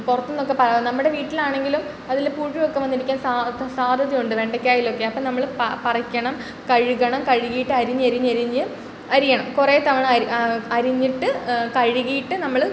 പുറത്തൂന്നക്കെ നമ്മുടെ വീട്ടിലാണെങ്കിലും അതിൽ പുഴു ഒക്കെ വന്നിരിക്കാൻ സാധ് സാധ്യതയുണ്ട് വെണ്ടയ്ക്കായിലൊക്കെ അപ്പം നമ്മൾ പാ പറിക്കണം കഴുകണം കഴുക്കീട്ട് അരിഞ്ഞരിഞ്ഞരിഞ്ഞ് അരിയണം കുറെ തവണ അര് അരിഞ്ഞിട്ട് കഴുകീട്ട് നമ്മൾ